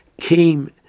came